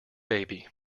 baby